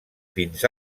fins